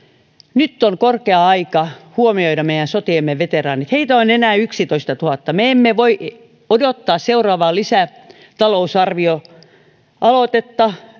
nyt on korkea aika huomioida meidän sotiemme veteraanit heitä on enää yksitoistatuhatta me emme voi odottaa seuraavaa lisätalousarvioaloitetta